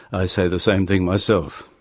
i say the same thing myself.